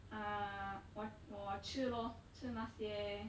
uh 我我吃 lor 吃那些